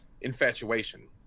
infatuation